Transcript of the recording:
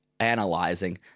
analyzing